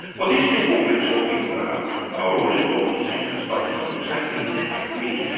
well these people we're talking about are all important thinkers, but they're not exactly left-wing.